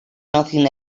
nothing